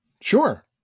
sure